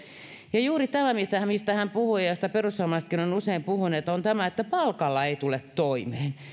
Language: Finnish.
juuri tämä mistä hän puhui ja mistä perussuomalaisetkin ovat usein puhuneet on se että palkalla ei tule toimeen